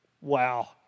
Wow